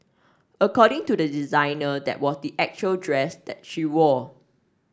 according to the designer that was the actual dress that she wore